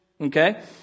Okay